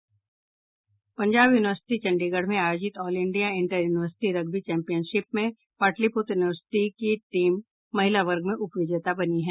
Punjab university Chandigarh में आयोजित all India inter university rugby championship में पाटलिपुत्र यूनिवर्सिटी की टीम महिला वर्ग में उप विजेता बनी है